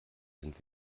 sind